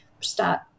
start